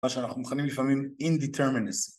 מה שאנחנו מכנים לפעמים indeterminacy (אי קביעות)